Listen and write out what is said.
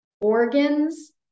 organs